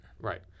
Right